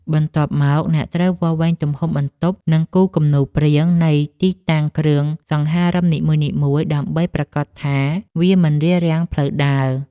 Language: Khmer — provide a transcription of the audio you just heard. បន្ទាប់មក អ្នកត្រូវវាស់វែងទំហំបន្ទប់ និងគូរគំនូសព្រាងនៃទីតាំងគ្រឿងសង្ហារឹមនីមួយៗ ដើម្បីប្រាកដថាវាមិនរារាំងផ្លូវដើរ។